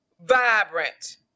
vibrant